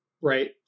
Right